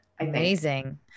amazing